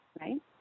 Right